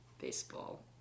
baseball